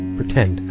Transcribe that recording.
pretend